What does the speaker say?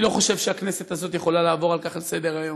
אני לא חושב שהכנסת הזאת יכולה לעבור על כך לסדר-היום.